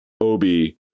Obi